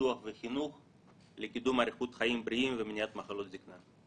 פיתוח וחינוך לקידום אריכות חיים בריאים ומניעת מחלות זקנה.